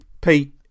Pete